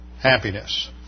happiness